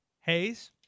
Hayes